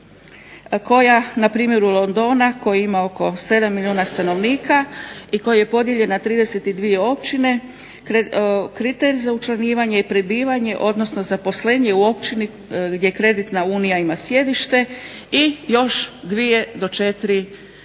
kao na primjer Londona koji ima oko 7 milijuna stanovnika i koji je podijeljen na 32 općine. Kriterij za učlanjivanje i prebivanje, odnosno zaposlenje u općini gdje kreditna unija ima sjedište i još dvije do četiri susjedne